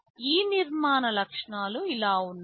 ఈ నిర్మాణ లక్షణాలు ఇలా ఉన్నాయి